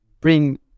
bring